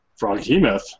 Froghemoth